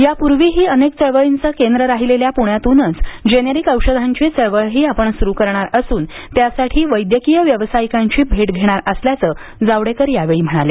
या पूर्वीही अनेक चळवळींचं केंद्र राहिलेल्या पृण्यातूनच जेनेरिक औषधांची चळवळही आपण सुरू करणार असून त्यासाठी वैद्यकीय व्यावसायिकांची भेट घेणार असल्याचं जावडेकर यावेळी म्हणाले